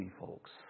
folks